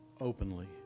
openly